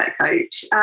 coach